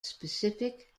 specific